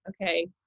okay